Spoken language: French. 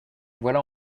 voilà